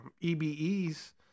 Ebe's